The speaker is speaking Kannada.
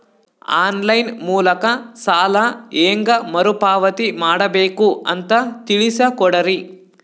ಆನ್ ಲೈನ್ ಮೂಲಕ ಸಾಲ ಹೇಂಗ ಮರುಪಾವತಿ ಮಾಡಬೇಕು ಅಂತ ತಿಳಿಸ ಕೊಡರಿ?